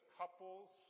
couples